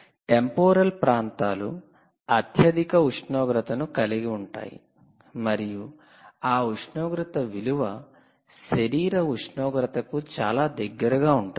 temporal ప్రాంతాలు అత్యధిక ఉష్ణోగ్రతను కలిగి ఉంటాయి మరియు ఆ ఉష్ణోగ్రత విలువ శరీర ఉష్ణోగ్రతకు చాలా దగ్గరగా ఉంటుంది